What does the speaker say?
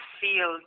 feel